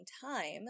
time